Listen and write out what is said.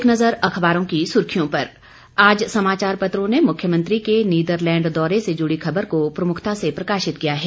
एक नज़र अखबारों की सुर्खियों पर आज समाचार पत्रों ने मुख्यमंत्री के नीरदलैंड दौरे से जुड़ी खबर को प्रमुखता से प्रकाशित किया है